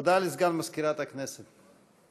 הודעה לסגן מזכירת הכנסת.